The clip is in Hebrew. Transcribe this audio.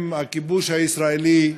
עם הכיבוש הישראלי.